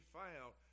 found